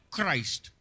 Christ